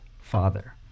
father